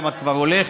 אם את כבר הולכת,